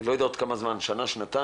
אני לא יודע כמה זמן, שנה שנתיים